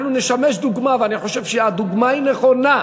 אנחנו נשמש דוגמה, ואני חושב שהדוגמה היא נכונה.